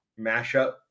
mashup